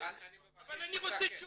אני רוצה תשובות,